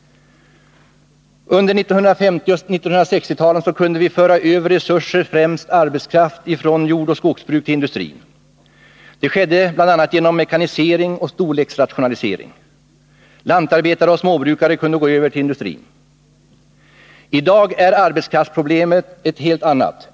Under 1950 och 1960-talen kunde vi föra över resurser, främst arbetskraft, från jordoch skogsbruk till industrin. Det skedde bl.a. genom mekanisering och storleksrationalisering. Lantarbetare och småbrukare kunde gå över till industrin. I dag är arbetskraftsproblemet ett helt annat.